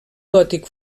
gòtic